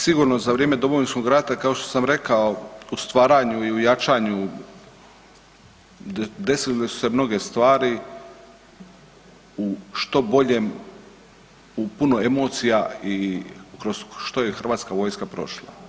Sigurno za vrijeme Domovinskog rata kao što sam rekao u stvaranju i u jačanju desile su se mnoge stvari u što boljem, u puno emocija i kroz što je HV prošla.